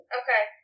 okay